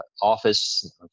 office